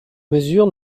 mesure